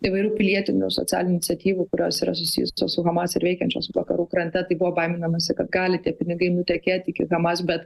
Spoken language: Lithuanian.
įvairių pilietinių socialinių iniciatyvų kurios yra susijusios su hamas ir veikiančios vakarų krante tai buvo baiminamasi kad gali tie pinigai nutekėt iki hamas bet